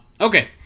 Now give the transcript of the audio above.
okay